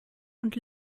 und